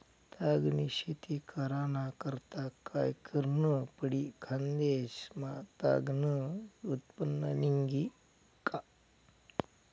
ताग नी शेती कराना करता काय करनं पडी? खान्देश मा ताग नं उत्पन्न निंघी का